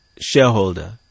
shareholder